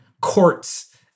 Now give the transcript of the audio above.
courts